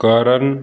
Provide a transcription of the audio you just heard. ਕਰਨ